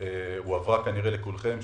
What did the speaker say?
שהועברה כנראה לכולכם,